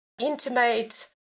intimate